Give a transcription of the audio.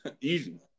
Easy